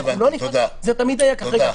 זה תמיד היה כך.